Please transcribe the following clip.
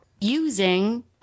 using